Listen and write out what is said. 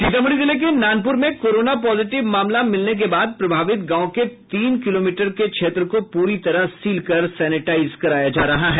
सीतामढ़ी जिले के नानपुर में कोरोना पॉजिटिव मामला मिलने के बाद प्रभावित गांव के तीन किलोमीटर के क्षेत्र को पूरी तरह सील कर सेनेटाईज कराया जा रहा है